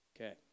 Okay